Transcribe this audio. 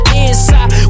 inside